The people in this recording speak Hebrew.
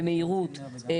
במהירות.